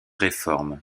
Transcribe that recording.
réformes